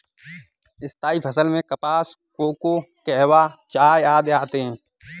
स्थायी फसल में कपास, कोको, कहवा, चाय आदि आते हैं